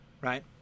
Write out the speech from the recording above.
right